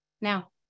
now